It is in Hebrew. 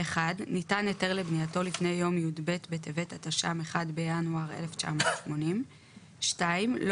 ניתן היתר לבנייתו לפני יום י"ב בטבת התש"ם (1 בינואר 1980); לא